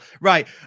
Right